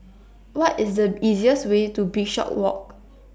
What IS The easiest Way to Bishopswalk